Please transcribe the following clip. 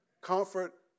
comfort